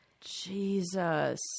Jesus